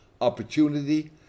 opportunity